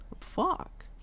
fuck